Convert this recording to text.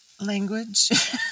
language